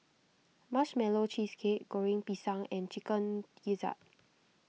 Marshmallow Cheesecake Goreng Pisang and Chicken Gizzard